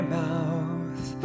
mouth